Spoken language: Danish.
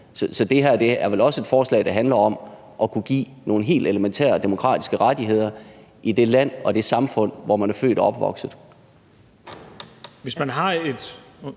Så det her er vel også et forslag, der handler om at kunne give nogle helt elementære demokratiske rettigheder i det land og det samfund, hvor folk er født og opvokset.